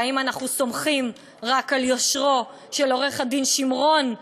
והאם אנחנו סומכים רק על יושרו של עו"ד שמרון,